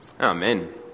Amen